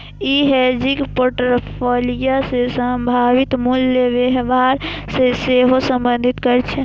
ई hedging portfolio मे संभावित मूल्य व्यवहार कें सेहो संबोधित करै छै